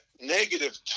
negative